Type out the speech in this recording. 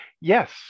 Yes